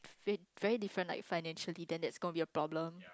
very very different like financially then that's gonna be a problem